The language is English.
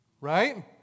Right